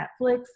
netflix